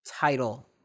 title